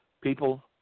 people